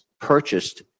purchased